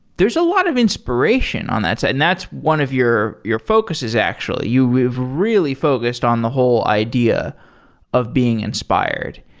there's a lot of inspiration on that, and that's one of your your focus is actually. you've really focused on the whole idea of being inspired.